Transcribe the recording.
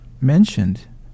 mentioned